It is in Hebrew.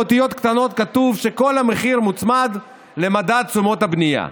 באותיות קטנות כתוב שכל המחיר מוצמד למדד תשומת הבנייה.